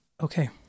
okay